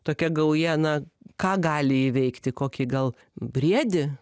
tokia gauja na ką gali įveikti kokį gal briedį